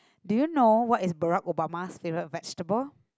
do you know what is Barack-Obama favourite vegetable